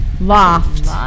loft